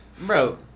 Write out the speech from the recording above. Bro